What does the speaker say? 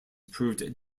proved